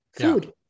food